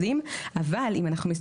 שבה יש יותר נשים,